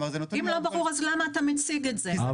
אם לא ברור, אז למה אתה מציג את זה?